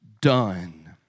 done